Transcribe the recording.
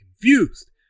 confused